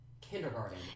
kindergarten